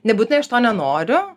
nebūtinai aš to nenoriu